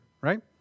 Right